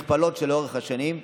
במכפלות לאורך השנים,